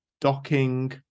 docking